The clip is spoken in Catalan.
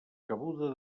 cabuda